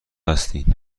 هستین